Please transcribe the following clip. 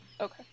Okay